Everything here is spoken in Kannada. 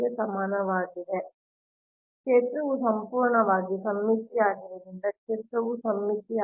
ಆದ್ದರಿಂದ Hx ಸ್ಥಿರವಾಗಿದ್ದರೆ ಈ dl ಏಕೀಕರಣವು ವಾಸ್ತವವಾಗಿ ನಿಮ್ಮ 2𐍀x Hx Ix ಆಗಿರುವ ಒಟ್ಟು ಸುತ್ತಳತೆ ಆಗಿರುತ್ತದೆ ಅದು ನಿಮ್ಮ 2𐍀x Hx ಎಲ್ಲೆಡೆ ಸ್ಥಿರವಾಗಿರುತ್ತದೆ